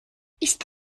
ist